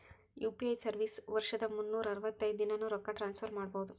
UPI service ವರ್ಷದ್ ಮುನ್ನೂರ್ ಅರವತ್ತೈದ ದಿನಾನೂ ರೊಕ್ಕ ಟ್ರಾನ್ಸ್ಫರ್ ಮಾಡ್ಬಹುದು